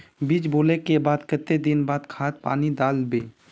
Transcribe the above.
बीज बोले के बाद केते दिन बाद खाद पानी दाल वे?